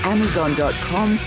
Amazon.com